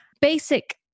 Basic